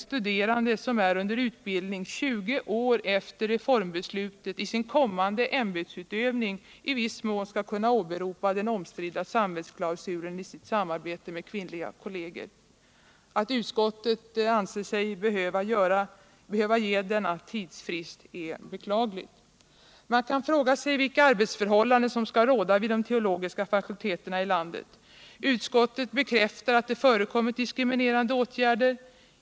studerande som är under utbildning 20 år efter reformbeslutet, i sin kommande ämbetsutövning i viss mån skall kunna åberopa den omstridda samvetsklausulen i sitt samarbete med kvinnliga kolleger. Att utskottet anser sig behöva ge denna tidsfrist är beklagligt. Man kan fråga sig vilka arbetsförhållanden som skall råda vid de teologiska fakulteterna i landet. Utskottet bekräftar att det förekommit diskriminerande åtgärder.